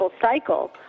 cycle